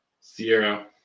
Sierra